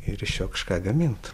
ir iš jo kažką gamint